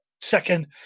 second